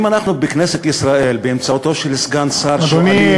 אם אנחנו בכנסת ישראל באמצעותו של סגן שר שואלים,